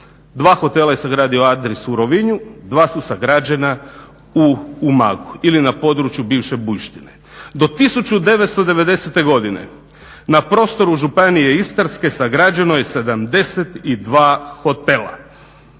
Dva hotela je sagradio Adris u Rovinju, dva su sagrađena u Umagu ili na području bivše Bujštine. Do 1990. godine na prostoru županije Istarske sagrađeno je 72 hotela.